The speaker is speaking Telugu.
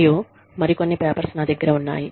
మరియు మరికొన్ని పేపర్స్ నా దగ్గర ఉన్నాయి